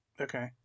Okay